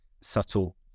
subtle